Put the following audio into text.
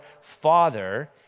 Father